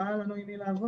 לא היה לנו עם מי לעבוד.